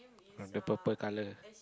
on the purple colour